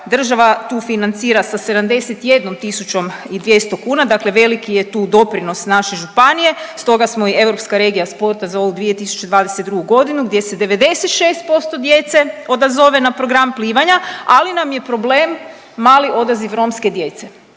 država tu financira sa 71 200 kuna, dakle veliki je tu doprinos naše županije, stoga smo i europska regija sporta za ovu 2022. g. gdje se 97% djece odazove na program plivanja, ali nam je problem mali odaziv romske djece.